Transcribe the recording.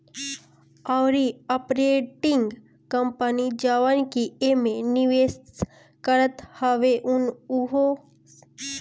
अउरी operating company जवन की एमे निवेश करत हवे उहो शामिल बाटे